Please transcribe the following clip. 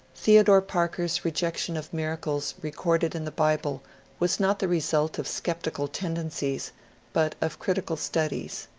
theodore parker's rejection of miracles recorded in the bible was not the result of sceptical tendencies but of critical studies.